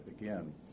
again